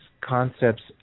concepts